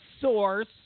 source